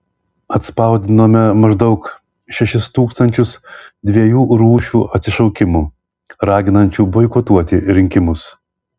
atspausdinome maždaug šešis tūkstančius dviejų rūšių atsišaukimų raginančių boikotuoti rinkimus